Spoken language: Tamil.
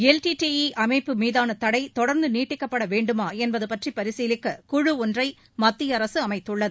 எல்டிடிஈ அமைப்பு மீதான தடை தொடர்ந்து நீட்டிக்கப்பட வேண்டுமா என்பது பற்றி பரிசீலிக்க குழு ஒன்றை மத்திய அரசு அமைத்துள்ளது